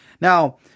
Now